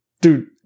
dude